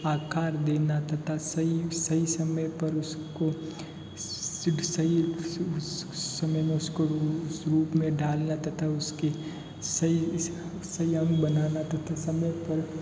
आकार देना तथा सही सही समय पर उसको सिद सही समय में उसको रू उस रूप में डालना तथा उसके सही सही अंग बनाना तथा समय पर